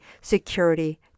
security